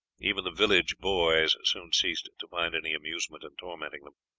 even the village boys soon ceased to find any amusement in tormenting them.